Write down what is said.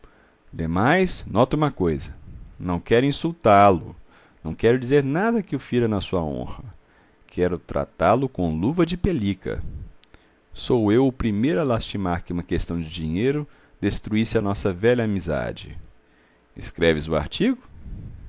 demais nota uma coisa não quero insultá-lo não quero dizer nada que o fira na sua honra quero tratá-lo com luva de pelica sou eu o primeiro a lastimar que uma questão de dinheiro destruísse a nossa velha amizade escreves o artigo